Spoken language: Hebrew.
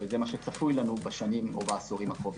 זה מה שצפוי לנו בשנים או בעשורים הקרובים.